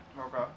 Okay